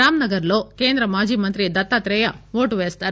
రాంనగర్ లో కేంద్ర మాజీమంత్రి దత్తాత్రేయ ఓటు పేస్తారు